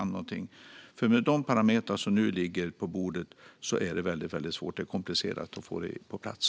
Med de parametrar som nu ligger på bordet är det väldigt svårt. Det är komplicerat att få detta på plats.